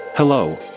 Hello